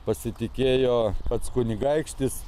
pasitikėjo pats kunigaikštis